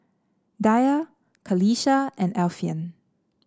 Dhia Qalisha and Alfian